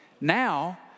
now